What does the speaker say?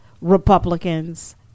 Republicans